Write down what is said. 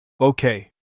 Okay